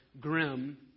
grim